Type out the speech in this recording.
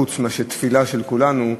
חוץ מתפילה של כולנו,